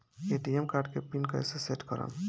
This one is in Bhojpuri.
ए.टी.एम कार्ड के पिन कैसे सेट करम?